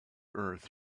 earth